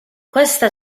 questa